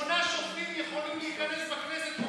שמונה שופטים יכולים להיכנס בכנסת חופשי,